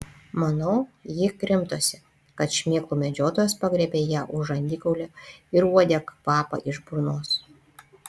manau ji krimtosi kad šmėklų medžiotojas pagriebė ją už žandikaulio ir uodė kvapą iš burnos